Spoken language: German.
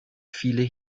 viele